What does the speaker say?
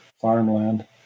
farmland